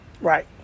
Right